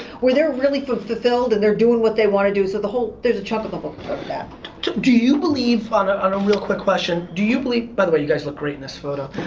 where they're really fulfilled and they're doing what they wanna do, so the whole, there's a chunk of the book about that. do you believe, on ah on a real quick question, do you believe, by the way, you guys look great in this photo.